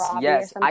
yes